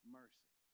mercy